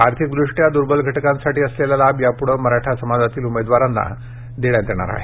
आर्थिकदृष्ट्या दुर्बल घटकांसाठी असलेला लाभ यापुढे मराठा समाजातील उमेदवारांना देण्यात येणार आहे